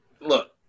Look